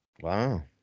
Wow